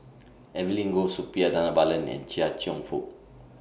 Evelyn Goh Suppiah Dhanabalan Chia Cheong Fook